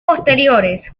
posteriores